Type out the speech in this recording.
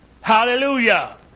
Hallelujah